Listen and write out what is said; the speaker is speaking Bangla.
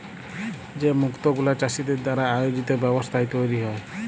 যে মুক্ত গুলা চাষীদের দ্বারা আয়জিত ব্যবস্থায় তৈরী হ্যয়